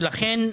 לכן,